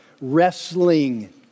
wrestling